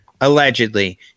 Allegedly